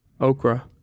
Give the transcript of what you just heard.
Okra